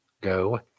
go